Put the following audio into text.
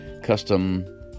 custom